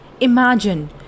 Imagine